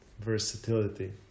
versatility